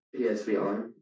PSVR